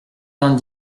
vingt